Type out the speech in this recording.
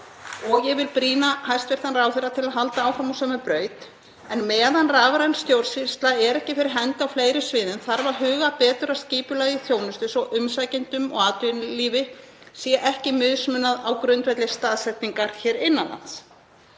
Ég vil brýna hæstv. ráðherra til að halda áfram á sömu braut. En meðan rafræn stjórnsýsla er ekki fyrir hendi á fleiri sviðum þarf að huga betur að skipulagi þjónustu svo umsækjendum og atvinnulífi sé ekki mismunað á grundvelli staðsetningar hér innan lands.